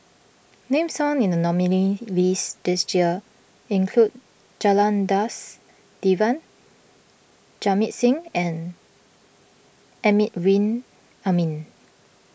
names found in the nominees' list this year include Janadas Devan Jamit Singh and Amrin Amin